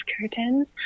curtains